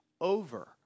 over